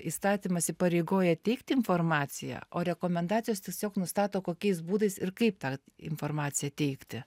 įstatymas įpareigoja teikt informaciją o rekomendacijos tiesiog nustato kokiais būdais ir kaip tą informaciją teikti